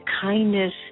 kindness